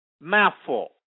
Mouthful